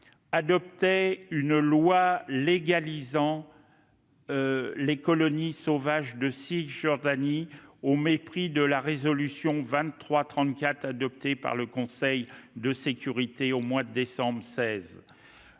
adoptait une loi légalisant les colonies sauvages de Cisjordanie, au mépris de la résolution 2334 adoptée par le Conseil de sécurité des Nations unies